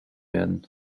werden